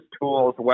tools